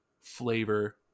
flavor